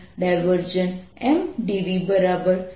M a